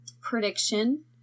prediction